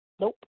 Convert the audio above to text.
Nope